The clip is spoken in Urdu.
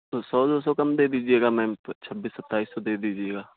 تو سو دو سو کم دے دیجیے گا میم چھبیس ستائیس سو دے دیجیے گا